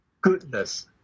goodness